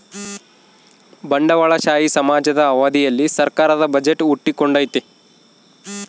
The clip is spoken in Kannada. ಬಂಡವಾಳಶಾಹಿ ಸಮಾಜದ ಅವಧಿಯಲ್ಲಿ ಸರ್ಕಾರದ ಬಜೆಟ್ ಹುಟ್ಟಿಕೊಂಡೈತೆ